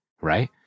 right